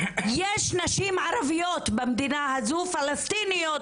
יש נשים ערביות במדינה הזאת, פלשתינאיות,